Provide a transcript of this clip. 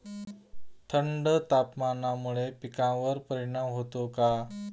थंड तापमानामुळे पिकांवर परिणाम होतो का?